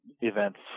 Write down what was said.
events